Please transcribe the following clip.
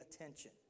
attention